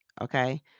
okay